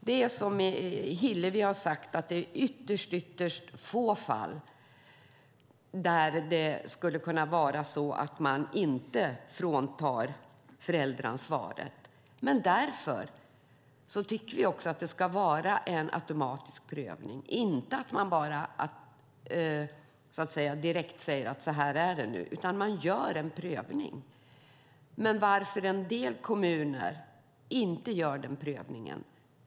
Det är som Hillevi har sagt; det är i ytterst få fall det skulle kunna vara så att man inte fråntar föräldraansvaret. Därför tycker vi också att det ska vara en automatisk prövning. Man ska inte bara direkt säga: Så här är det nu! Man ska göra en prövning. Varför gör en del kommuner inte denna prövning?